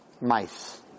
mice